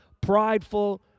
prideful